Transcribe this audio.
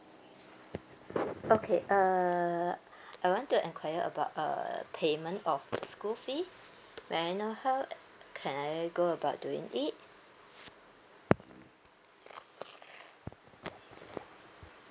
okay uh I want to enquire about uh payment of school fee may I know how uh can I go about doing it